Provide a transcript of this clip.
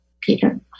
Peter